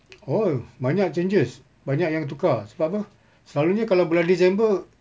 oh banyak changes banyak yang tukar sebab apa selalunya kalau bulan disember